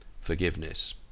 forgiveness